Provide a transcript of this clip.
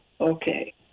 Okay